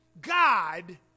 God